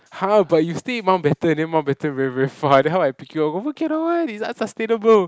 har but you stay in Mountbatten then Mountbatten very very far then how I pick you up oh okay nevermind it's unsustainable